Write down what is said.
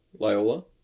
Lyola